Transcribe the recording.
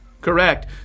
Correct